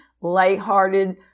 lighthearted